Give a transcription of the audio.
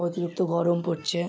অতিরিক্ত গরম পড়চে